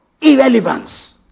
Irrelevance